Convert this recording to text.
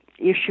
issue